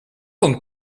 een